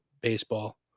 baseball